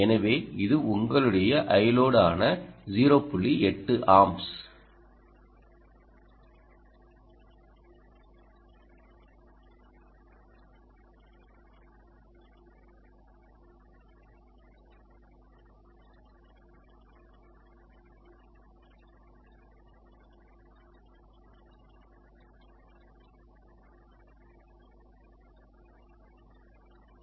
எனவே இது உங்களுடைய Iload ஆன 0